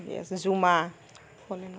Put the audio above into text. জুমা